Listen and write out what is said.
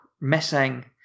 missing